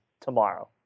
tomorrow